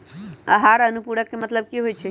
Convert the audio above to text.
आहार अनुपूरक के मतलब की होइ छई?